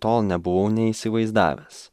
tol nebuvau neįsivaizdavęs